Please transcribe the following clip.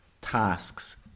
tasks